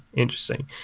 interesting.